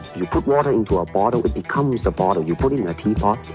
you put water into a bottle it becomes the bottle, you put it in a teapot